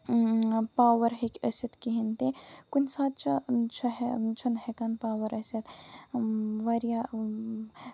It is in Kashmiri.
پاور ہیٚکہِ ٲسِتھ کہینۍ تہِ کُنہِ ساتہٕ چھُ چھُ ہےٚ چھُنہٕ ہیٚکان پاور ٲسِتھ واریاہ